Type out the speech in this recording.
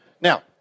Now